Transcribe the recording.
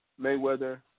Mayweather